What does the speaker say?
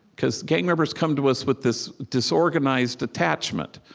because gang members come to us with this disorganized attachment.